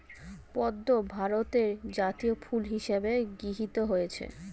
পদ্ম ভারতের জাতীয় ফুল হিসেবে গৃহীত হয়েছে